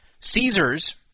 Caesars